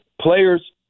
players